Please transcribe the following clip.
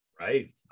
Right